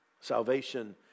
Salvation